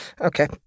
Okay